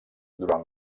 durant